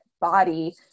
body